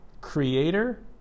creator